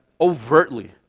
overtly